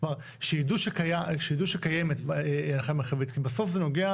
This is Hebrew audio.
שידעו שקיימת הנחיה מרחבית כי בסוף זה נוגע